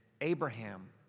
Abraham